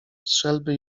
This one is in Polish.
strzelby